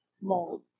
mold